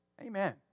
Amen